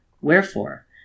Wherefore